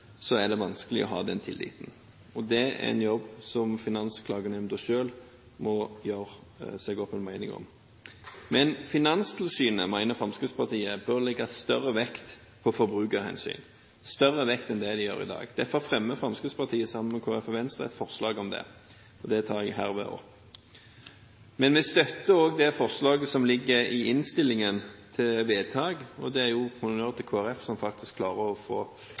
er det vanskelig for dem å ha den tilliten. Det er noe som Finansklagenemnda selv må gjøre seg opp en mening om. Fremskrittspartiet mener at Finanstilsynet bør legge større vekt på forbrukerhensyn enn det de gjør i dag. Derfor fremmer Fremskrittspartiet sammen med Kristelig Folkeparti og Venstre et forslag om det. Det forslaget tar jeg herved opp. Men vi støtter også det forslaget som ligger i innstillingen til vedtak – honnør til Kristelig Folkeparti, som faktisk klarer å få